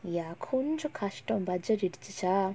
ya கொஞ்சோ கஷ்டோ:konjo kashto budget இடிச்சுச்சா:idichucha